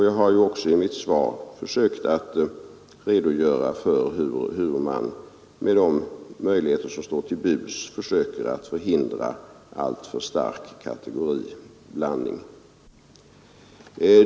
Jag har också i mitt svar försökt redogöra för hur vi med de möjligheter som står till buds försöker förhindra alltför stark kategoriblandning.